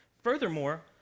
Furthermore